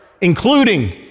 including